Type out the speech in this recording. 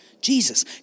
Jesus